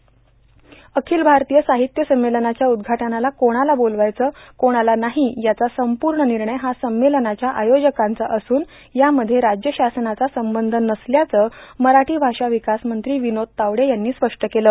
र्आखल भारतीय सार्ाहत्य संमेलनाच्या उदघाटनाला कोणाला बोलवायचं कोणाला नाहों याचा संपूण ानणय हा संमेलनाच्या आयोजकांचा असून यामध्ये राज्य शासनाचा संबंध नसल्याचं मराठी भाषा विकास मंत्री विनोद तावडे यांनी स्पष्ट केलं